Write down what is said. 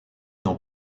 dans